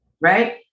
right